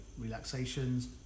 relaxations